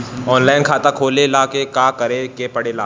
Online खाता खोले ला का का करे के पड़े ला?